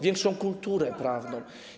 Większą kulturę prawną.